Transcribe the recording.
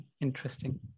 interesting